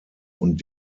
und